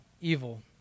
evil